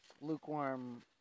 lukewarm